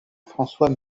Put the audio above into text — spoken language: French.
françois